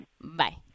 Bye